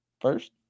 First